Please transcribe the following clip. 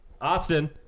Austin